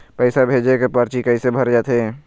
पैसा भेजे के परची कैसे भरे जाथे?